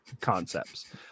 concepts